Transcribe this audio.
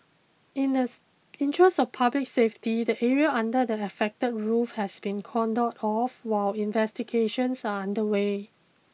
in the interest of public safety the area under the affected roof has been cordoned off while investigations are underway